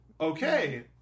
Okay